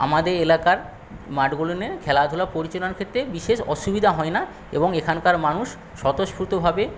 আমাদের এলাকার মাঠগুলোতে খেলাধুলা পরিচালনার ক্ষেত্রে বিশেষ অসুবিধা হয় না এবং এখানকার মানুষ স্বতস্ফূর্তভাবে